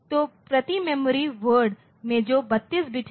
तो प्रति memory word में जो 32 बिट है